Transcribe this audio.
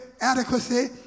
adequacy